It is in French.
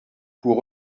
pour